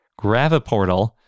Graviportal